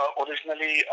originally